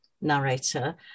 narrator